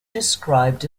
described